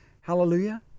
Hallelujah